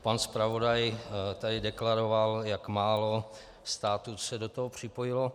Pan zpravodaj tady deklaroval, jak málo států se do toho připojilo.